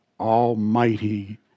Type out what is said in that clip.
Almighty